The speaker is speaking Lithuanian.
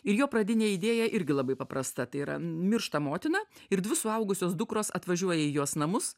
ir jo pradinė idėja irgi labai paprasta tai yra miršta motina ir dvi suaugusios dukros atvažiuoja į jos namus